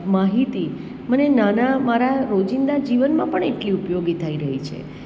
માહિતી મને નાના મારા રોજિંદા જીવનમાં પણ એટલી ઉપયોગી થઈ રહી છે